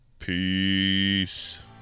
Peace